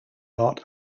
not